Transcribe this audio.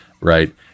right